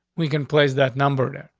we can place that number there.